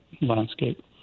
landscape